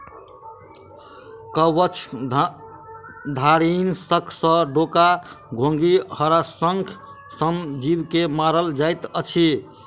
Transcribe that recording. कवचधारीनाशक सॅ डोका, घोंघी, हराशंख सन जीव के मारल जाइत अछि